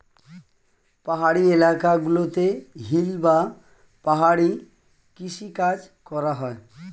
পাহাড়ি এলাকা গুলোতে হিল বা পাহাড়ি কৃষি কাজ করা হয়